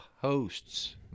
hosts